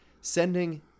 sending